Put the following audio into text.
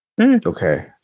Okay